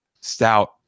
stout